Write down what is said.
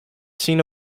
scene